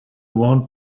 want